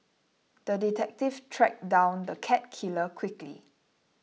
the detective tracked down the cat killer quickly